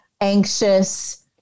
anxious